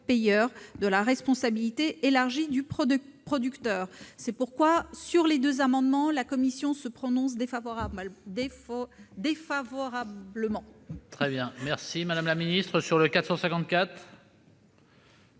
logique de la responsabilité élargie du producteur. Aussi, sur ces deux amendements, la commission se prononce défavorablement.